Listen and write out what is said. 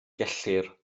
gellir